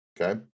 Okay